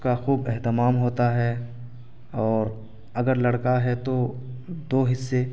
اس کا خوب اہتمام ہوتا ہے اور اگر لڑکا ہے تو دو حصے